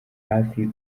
hafi